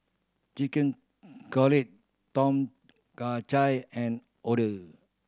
Chicken Cutlet Tom Kha Gai and Oder